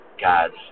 God's